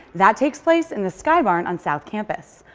that takes place in the skybarn on south campus.